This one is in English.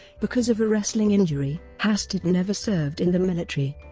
because of a wrestling injury, hastert never served in the military.